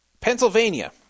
Pennsylvania